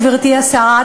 גברתי השרה,